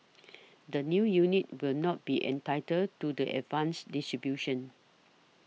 the new units will not be entitled to the advanced distribution